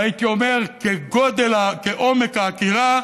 והייתי אומר שכעומק החקירה